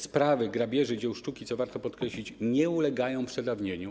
Sprawy grabieży dzieł sztuki, co warto podkreślić, nie ulegają przedawnieniu.